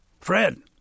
Fred